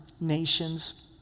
nations